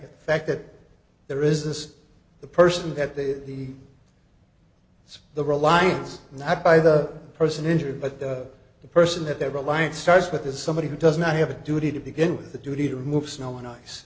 that fact that there is this the person that the the it's the reliance not by the person injured but that the person that they're relying starts with is somebody who does not have a duty to begin with the duty to remove snow and ice